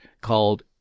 called